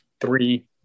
three